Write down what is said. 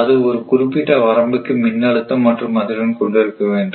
அது ஒரு குறிப்பிட்ட வரம்பிற்கு மின்னழுத்தம் மற்றும் அதிர்வெண் கொண்டிருக்க வேண்டும்